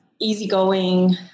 easygoing